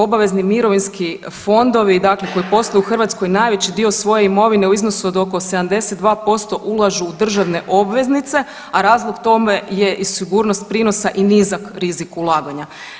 Obavezni mirovinski fondovi dakle koji posluju u Hrvatskoj najveći dio svoje imovine u iznosu od oko 72% ulažu u državne obveznice, a razlog tome je i sigurnost prinosa i nizak rizik ulaganja.